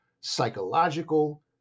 psychological